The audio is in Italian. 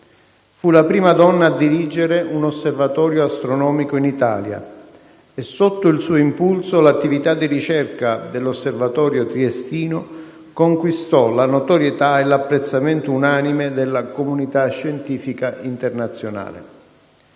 Fu la prima donna a dirigere un osservatorio astronomico in Italia e sotto il suo impulso l'attività di ricerca dell'osservatorio triestino conquistò la notorietà e l'apprezzamento unanime della comunità scientifica internazionale.